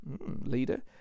leader